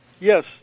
Yes